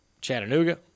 Chattanooga